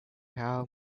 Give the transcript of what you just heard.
how